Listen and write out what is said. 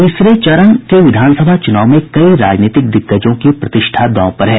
तीसरे और अंतिम चरण के विधानसभा चुनाव में कई राजनीतिक दिग्गजों की प्रतिष्ठा दाव पर लगी है